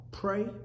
Pray